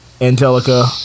Angelica